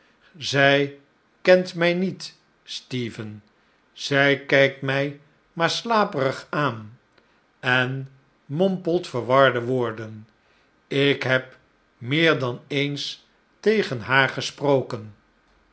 zij kent mij niet stephen zij kijkt mij maar slaperig aan en mompelt verwarde woorden ik heb meer dan eens tegen haar gesproja